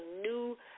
new